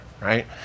right